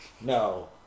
No